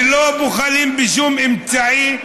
ולא בוחלים בשום אמצעי,